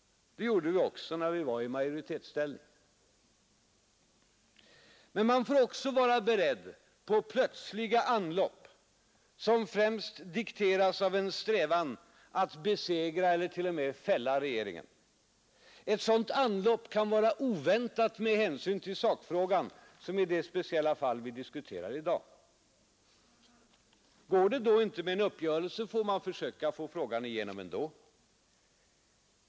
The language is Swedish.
Det gjorde vi också när vi var i majoritetsställning. Men man får också vara beredd på plötsliga anlopp som främst dikteras av en strävan att besegra eller t.o.m. fälla regeringen. Ett sådant anlopp kan vara oväntat med hänsyn till sakfrågan, som i det speciella fall vi diskuterar i dag. Går det inte då med en uppgörelse, får man försöka få frågan igenom ändå.